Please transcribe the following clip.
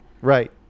right